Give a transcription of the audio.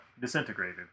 disintegrated